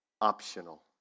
optional